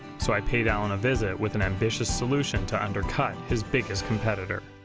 so i paid alen a visit with an ambitious solution to undercut his biggest competitor.